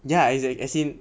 ya exactly as in